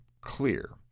clear